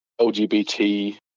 LGBT